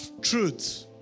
truth